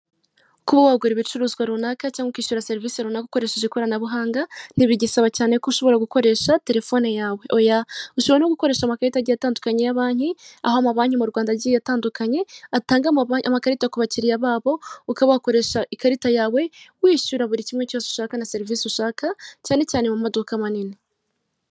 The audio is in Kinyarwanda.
Kuba wagura ibicuruzwa runaka cyangwa ikishyura serivise rukana ukoresheje ikoranabuhanga, ntibigisaba cyane ko ushobora gukoresha telefone yawe, oya, ushobora no gukoresha ikarita agiye atandukanye ya banki, aho amabanki mu Rwanda agiye atandukanye, atanga amakarita ku bakiriya babo, ukaba wakoresha ikarita yawe wishyura buri kimwe cyose ushaka na serivise ushaka cyane cyane mu maduka manini.